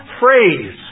phrase